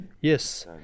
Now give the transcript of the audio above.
Yes